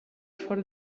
for